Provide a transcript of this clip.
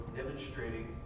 demonstrating